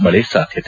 ಮಳೆ ಸಾಧ್ಯತೆ